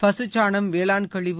பசு சாணம் வேளாண் கழிவு